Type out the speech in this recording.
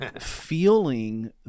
feeling